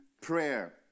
prayer